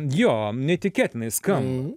jo neįtikėtinai skamba